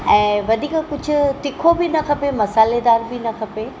ऐं वधीक कुझु तिखो बि न खपे मसालेदार बि न खपे